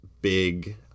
big